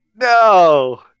No